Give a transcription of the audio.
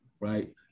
right